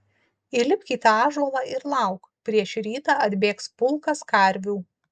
įlipk į tą ąžuolą ir lauk prieš rytą atbėgs pulkas karvių